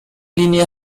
linie